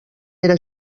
era